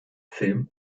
film